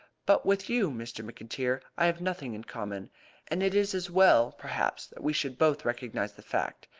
but with you, mr. mcintyre, i have nothing in common and it is as well, perhaps, that we should both recognise the fact.